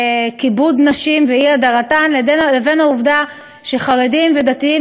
כיבוד נשים ואי-הדרתן לבין העובדה שחרדים ודתיים